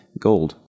gold